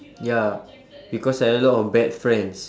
ya because I had a lot of bad friends